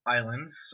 Islands